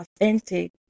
authentic